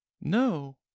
No